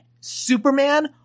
Superman